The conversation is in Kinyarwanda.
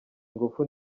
ingufu